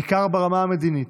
בעיקר ברמה המדינית,